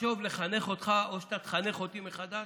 נחשוב לחנך אותך או שאתה תחנך אותי מחדש?